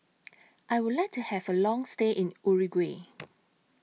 I Would like to Have A Long stay in Uruguay